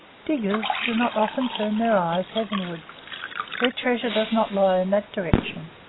diggers do not often turn their eyes heavenwards their treasure does not lie in that direction.